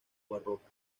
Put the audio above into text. barroca